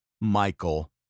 Michael